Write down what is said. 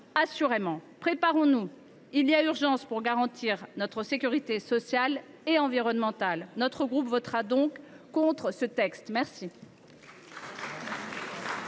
assurément. Préparons nous ! Il y a urgence pour garantir notre sécurité sociale et environnementale. Notre groupe votera donc contre ce texte. La